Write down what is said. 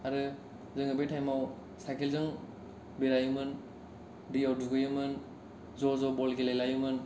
आरो जोङो बै टाइमाव साइकेलजों बेरायोमोन दैयाव दुगैयोमोन ज' ज' बल गेले लायोमोन